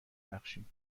بخشیم